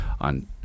On